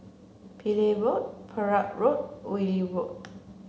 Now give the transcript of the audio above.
Pillai Road Perak Road Wilkie Road